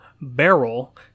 barrel